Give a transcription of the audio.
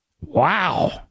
wow